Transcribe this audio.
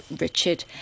richard